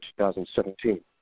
2017